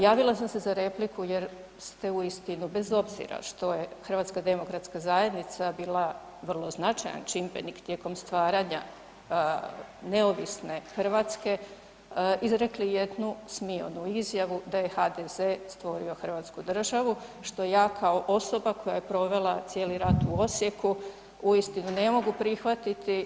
Javila sam se za repliku jer ste uistinu bez obzira što je HDZ bila vrlo značajan čimbenik tijekom stvaranja neovisne Hrvatske izrekli jednu smionu izjavu da je HDZ stvorio hrvatsku državu, što ja kao osoba koja je provela cijeli rat u Osijeku uistinu ne mogu prihvatiti.